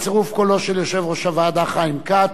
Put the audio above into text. בצירוף קולו של יושב-ראש הוועדה חיים כץ,